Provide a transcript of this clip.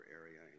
area